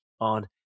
on